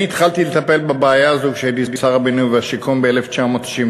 אני התחלתי לטפל בבעיה הזאת כשהייתי שר הבינוי והשיכון ב-1992,